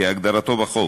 כהגדרתו בחוק.